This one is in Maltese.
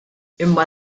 imma